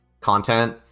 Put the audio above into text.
content